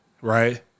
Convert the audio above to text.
right